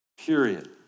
period